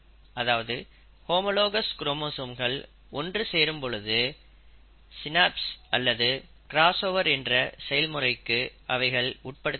அதாவது ஹோமோலாகஸ் குரோமோசோம்கள் ஒன்று சேரும் பொழுது ஸ்னாப்ஸ் அல்லது கிராஸ்ஓவர் என்ற செயல்முறைக்கு அவைகளை உட்படுத்தப்படும்